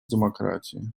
демократии